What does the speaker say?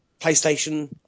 PlayStation